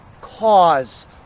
cause